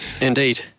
Indeed